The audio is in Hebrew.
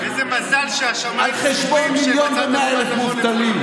איזה מזל על חשבון מיליון מובטלים,